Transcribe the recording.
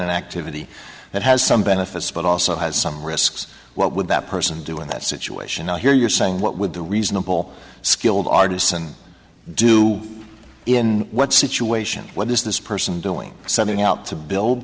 an activity that has some benefits but also has some risks what would that person do in that situation i hear you're saying what would the reasonable skilled artisan do in what situation what is this person doing something out to